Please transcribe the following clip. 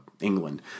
england